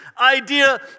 idea